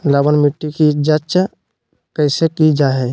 लवन मिट्टी की जच कैसे की जय है?